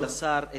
כבוד השר,